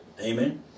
amen